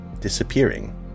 disappearing